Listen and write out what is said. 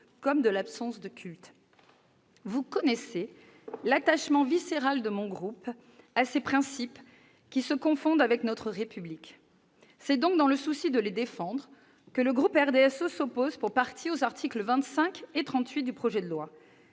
ou de l'absence de culte. Vous connaissez l'attachement viscéral de mon groupe à ces principes, qui se confondent avec notre République. C'est par conséquent dans le souci de les défendre qu'il s'oppose pour partie aux articles 25 et 38 du projet de loi